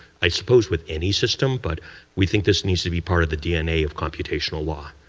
i suppose with any system, but we think this needs to be part of the dna of computational law.